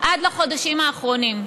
עד לחודשים האחרונים,